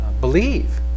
believe